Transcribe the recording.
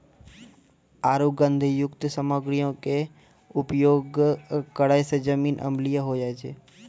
आरु गंधकयुक्त सामग्रीयो के उपयोग करै से जमीन अम्लीय होय जाय छै